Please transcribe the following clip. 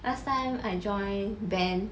last time I joined band